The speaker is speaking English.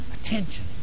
attention